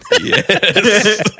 Yes